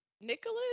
Nicholas